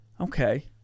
Okay